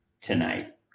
tonight